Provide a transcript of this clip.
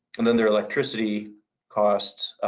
and then their electricity costs,